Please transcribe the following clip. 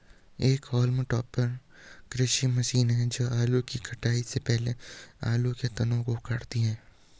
एक haulm topper कृषि machine है जो आलू की कटाई से पहले आलू के तनों को काटती है